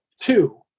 two